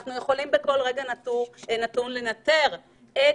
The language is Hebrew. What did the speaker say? ואנחנו יכולים בכל רגע נתון לנטר את